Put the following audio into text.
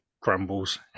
Grumbles